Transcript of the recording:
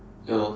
ya lor